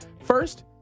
First